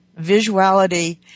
Visuality